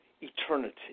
eternity